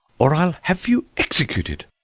or i'll have you executed,